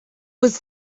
was